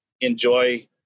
enjoy